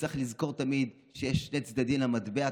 וצריך לזכור תמיד שיש שני צדדים למטבע,